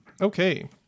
Okay